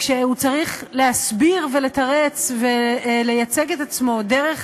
כשהוא צריך להסביר ולתרץ ולייצג את עצמו דרך